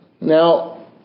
Now